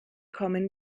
kommen